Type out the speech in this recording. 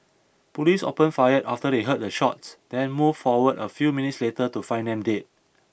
police opened fire after they heard the shots then moved forward a few minutes later to find them dead